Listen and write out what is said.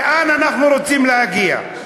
לאן אנחנו רוצים להגיע?